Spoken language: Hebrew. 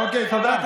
אוקיי, תודה.